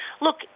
Look—